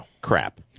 crap